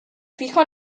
fijo